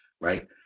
right